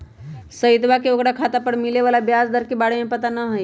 सवितवा के ओकरा खाता पर मिले वाला ब्याज दर के बारे में पता ना हई